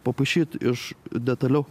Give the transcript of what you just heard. papaišyt iš detaliau